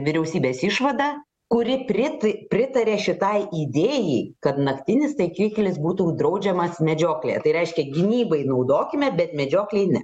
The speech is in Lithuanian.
vyriausybės išvada kuri prit pritarė šitai idėjai kad naktinis taikiklis būtų draudžiamas medžioklėje tai reiškia gynybai naudokime bet medžioklėj ne